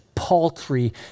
paltry